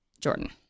Jordan